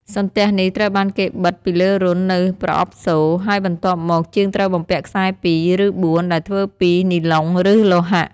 សន្ទះនេះត្រូវបានគេបិទពីលើរន្ធនៅប្រអប់សូរ ហើយបន្ទាប់មក ជាងត្រូវបំពាក់ខ្សែពីរ ឬបួន ដែលធ្វើពីនីឡុង ឬលោហៈ។